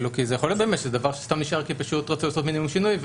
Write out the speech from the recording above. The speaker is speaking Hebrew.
כי יכול להיות באמת שזה דבר שסתם נשאר כי פשוט רצו לעשות מינימום שינוי,